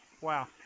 Wow